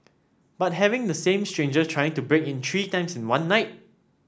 but having the same stranger trying to break in three times in one night